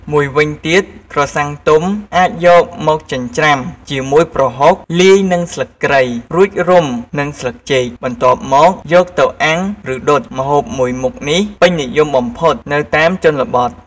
មួយវិញទៀតក្រសាំងទុំ អាចយកមកចិញ្ច្រាំជាមួយប្រហុកលាយនឹងស្លឹកគ្រៃ រួចរុំនឹងស្លឹកចេកបន្ទាប់មកយកទៅអាំងឬដុត ម្ហូបមួយមុខនេះពេញនិយមបំផុតនៅតាមជនបទ។